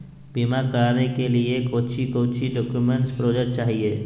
बीमा कराने के लिए कोच्चि कोच्चि डॉक्यूमेंट प्रोजेक्ट चाहिए?